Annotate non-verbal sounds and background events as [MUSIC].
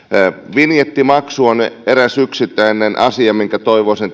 vinjettimaksu on eräs yksittäinen asia minkä toivoisin [UNINTELLIGIBLE]